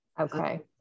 okay